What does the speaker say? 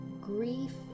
Grief